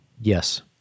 Yes